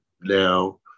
now